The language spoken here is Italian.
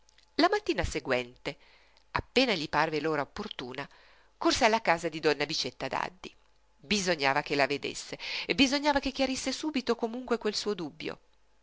la mattina seguente appena gli parve l'ora opportuna corse alla casa di donna bicetta daddi bisognava che la vedesse bisognava che chiarisse subito comunque quel suo dubbio